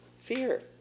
fear